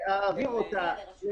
נושא חדש?